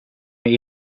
med